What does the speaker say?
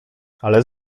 ale